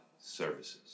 services